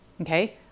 Okay